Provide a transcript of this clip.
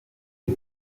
les